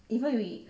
even if we